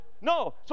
no